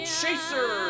chaser